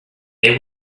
they